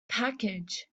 package